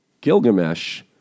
Gilgamesh